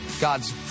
God's